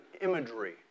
imagery